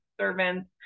servants